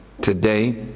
today